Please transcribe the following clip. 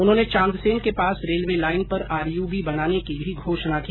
उन्होंने चांदसेन के पास रेलवे लाइन पर आरयूबी बनाने की भी घोषणा की